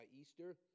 Easter